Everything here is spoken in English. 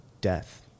death